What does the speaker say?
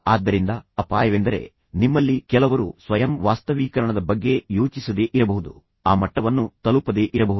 ಆದ್ದರಿಂದ ಅಪಾಯವೆಂದರೆ ನಿಮ್ಮಲ್ಲಿ ಕೆಲವರು ಸ್ವಯಂ ವಾಸ್ತವೀಕರಣದ ಬಗ್ಗೆ ಯೋಚಿಸದೇ ಇರಬಹುದು ಆ ಮಟ್ಟವನ್ನು ತಲುಪದೇ ಇರಬಹುದು